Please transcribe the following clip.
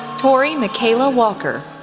tori mikaela walker,